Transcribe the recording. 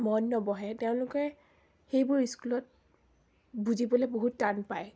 মন নবহে তেওঁলোকে সেইবোৰ স্কুলত বুজিবলৈ বহুত টান পায়